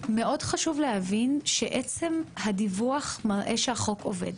מאוד חשוב להבין שעצם הדיווח מראה שהחוק עובד.